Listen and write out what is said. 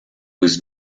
was